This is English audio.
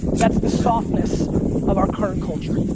that's the softness of our current culture.